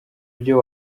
byo